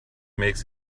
makes